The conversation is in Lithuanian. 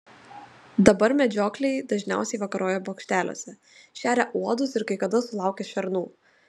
dabar medžiokliai dažniausiai vakaroja bokšteliuose šeria uodus ir kai kada sulaukia šernų